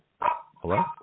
Hello